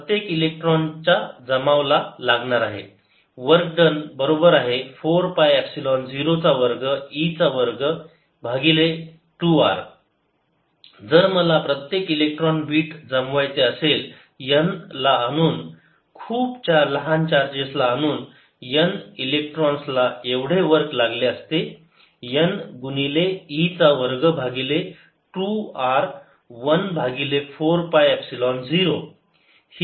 प्रत्येक इलेक्ट्रॉनचा जमाव ला लागणार आहे वर्क बरोबर 4 पाय एपसिलोन 0 चा वर्ग e चा वर्ग भागिले 2 r जर मला प्रत्येक इलेक्ट्रॉन बीट जमवायचे असेल n ला आणून खूप लहान चार्जेस ला आणून n इलेक्ट्रॉन्स ला एवढे वर्क लागले असते n गुणिले e चा वर्ग भागिले 2 r 1 भागिले 4 पाय एपसिलोन 0